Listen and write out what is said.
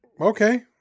okay